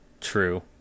True